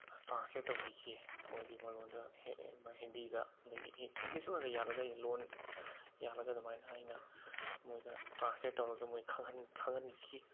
translate ꯇꯧꯕꯤꯈꯤ ꯃꯣꯏꯒꯤ ꯃꯔꯣꯜꯗ ꯍꯦꯛ ꯍꯦꯛ ꯑꯗꯨꯃꯥꯏꯅ ꯍꯤꯟꯗꯤꯗ ꯑꯗꯒꯤ ꯏꯪꯂꯤꯁ ꯑꯣꯏꯅ ꯌꯥꯜꯂꯒ ꯑꯩꯅ ꯂꯣꯜ ꯌꯥꯜꯂꯒ ꯑꯗꯨꯃꯥꯏꯅ ꯑꯩꯅ ꯃꯣꯏꯗ ꯇ꯭ꯔꯥꯟꯁꯂꯦꯠ ꯇꯧꯔꯒ ꯃꯣꯏ ꯈꯪꯍꯟꯕꯤꯈꯤ